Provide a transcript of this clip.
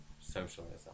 socialism